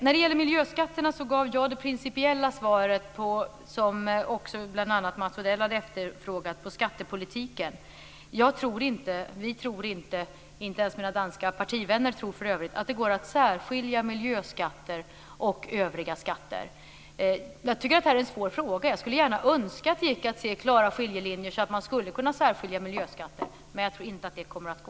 Angående miljöskatterna så gav jag det principiella svaret som även bl.a. Mats Odell hade efterfrågat gällande skattepolitiken. Jag och vi - inte ens mina danska partivänner för övrigt - tror inte att det går att särskilja miljöskatter från övriga skatter. Jag tycker att detta är en svår fråga. Jag skulle önska att det gick att se klara skiljelinjer så att man skulle kunna särskilja miljöskatter. Men jag tror inte att det kommer att gå.